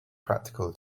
practical